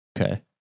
Okay